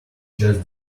just